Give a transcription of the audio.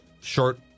short